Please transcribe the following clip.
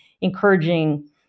encouraging